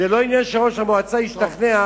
זה לא עניין שראש המועצה ישתכנע,